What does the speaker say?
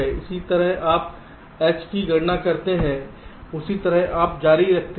इसी तरह आप H की गणना करते हैं उसी तरह आप जारी रखते हैं